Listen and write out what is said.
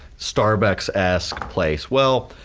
starbucksesque place, well,